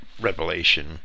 revelation